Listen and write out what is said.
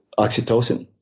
oxytocin